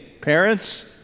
Parents